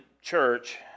church